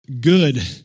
good